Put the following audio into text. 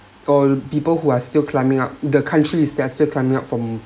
uh people who are still climbing up the countries that are still climbing up from